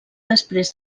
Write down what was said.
després